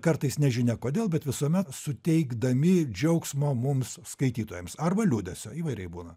kartais nežinia kodėl bet visuomet suteikdami džiaugsmo mums skaitytojams arba liūdesio įvairiai būna